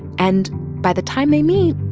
and by the time they meet,